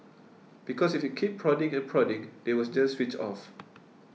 because if you keep prodding and prodding they will just switch off